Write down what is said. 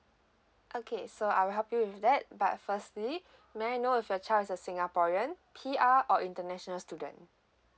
okay so I will help you with that but firstly may I know if your child is a singaporean P_R or international student